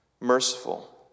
Merciful